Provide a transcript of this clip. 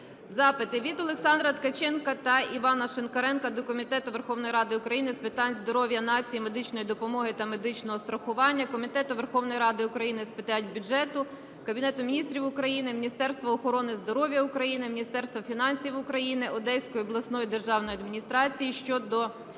Запити: Від Олександра Ткаченка та Івана Шинкаренка до Комітету Верховної Ради України з питань здоров'я нації, медичної допомоги та медичного страхування, Комітету Верховної Ради України з питань бюджету, Кабінету Міністрів України, Міністерства охорони здоров'я України, Міністерства фінансів України, Одеської обласної державної адміністрації щодо